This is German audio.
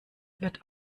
wird